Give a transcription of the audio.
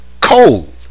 cold